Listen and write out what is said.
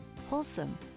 wholesome